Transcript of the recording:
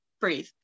breathe